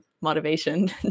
motivation